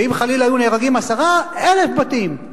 ואם חלילה היו נהרגים 10, 1,000 בתים.